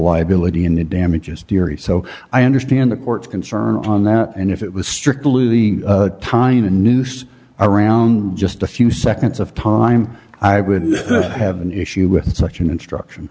liability in the damages dearie so i understand the court's concern on that and if it was strictly the time in a noose around just a few seconds of time i would have an issue with such an instruction